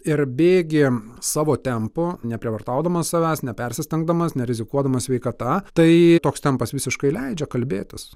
ir bėgi savo tempu neprievartaudamas savęs nepersistengdamas nerizikuodamas sveikata tai toks tempas visiškai leidžia kalbėtis